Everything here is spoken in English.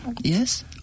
yes